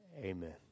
amen